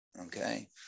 okay